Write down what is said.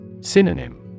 Synonym